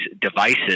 devices